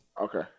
Okay